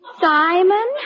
Simon